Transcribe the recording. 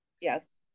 Yes